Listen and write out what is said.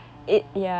oh